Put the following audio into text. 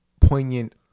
poignant